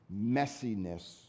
messiness